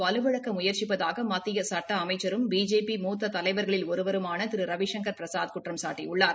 வலுவிழக்க முயற்சிப்பதாக மத்திய சுட்ட அமைச்சரும் பிஜேபி மூத்த தலைவர்களில் ஒருவருமான திரு ரவிசங்கள் பிரசாத் குற்றம்சாட்டியுள்ளார்